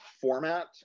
format